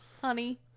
Honey